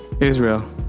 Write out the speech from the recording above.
Israel